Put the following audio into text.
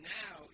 now